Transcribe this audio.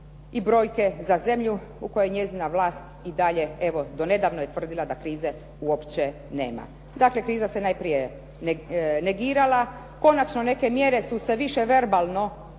i brojke za zemlju u kojoj njezina vlast i dalje do nedavno je tvrdila da krize uopće nema. Dakle, kriza se najprije negirala. Konačno neke mjere su se više verbalno izrazile.